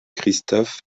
christophe